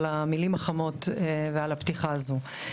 תודה רבה לך על המילים החמות ועל הפתיחה הזו.